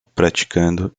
praticando